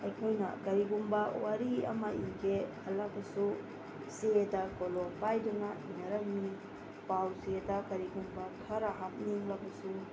ꯑꯩꯈꯣꯏꯅ ꯀꯔꯤꯒꯨꯝꯕ ꯋꯥꯔꯤ ꯑꯃ ꯏꯒꯦ ꯈꯜꯂꯕꯁꯨ ꯆꯦꯗ ꯀꯣꯂꯣꯝ ꯄꯥꯏꯗꯨꯅ ꯏꯟꯅꯔꯝꯃꯤ ꯄꯥꯎꯆꯦꯗ ꯀꯔꯤꯒꯨꯝꯕ ꯈꯔ ꯍꯥꯞꯅꯤꯡꯂꯕꯁꯨ